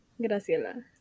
Graciela